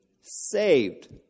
saved